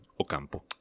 Ocampo